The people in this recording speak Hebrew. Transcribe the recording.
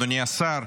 אדוני השר,